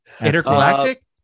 intergalactic